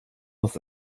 das